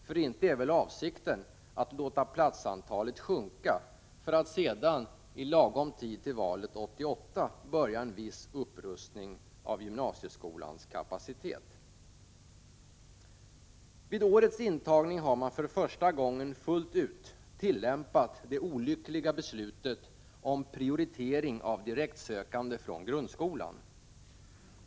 För inte är väl avsikten att låta platsantalet sjunka för att sedan i lagom tid till valet 1988 börja en viss upprustning av gymnasieskolans kapacitet? Vid årets intagning har man för första gången fullt ut tillämpat det olyckliga beslutet om prioritering av direktsökande från grundskolan.